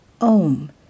OM